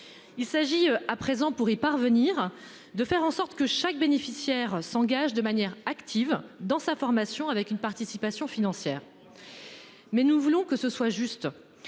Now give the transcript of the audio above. Il s'agit à présent pour y parvenir, de faire en sorte que chaque bénéficiaire s'engage de manière active dans sa formation avec une participation financière. Mais nous voulons que ce soit juste.